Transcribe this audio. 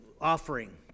offering